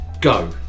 go